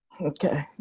Okay